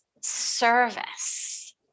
service